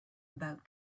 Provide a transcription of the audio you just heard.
about